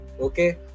okay